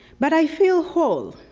but i feel whole.